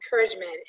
encouragement